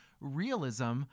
realism